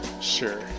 Sure